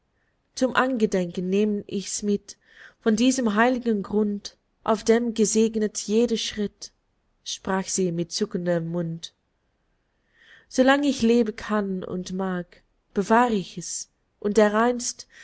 zum angedenken nehm ich's mit von diesem heiligen grund auf dem gesegnet jeder schritt sprach sie mit zuckendem mund solang ich leben kann und mag bewahr ich's und dereinst